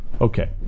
Okay